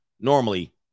normally